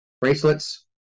bracelets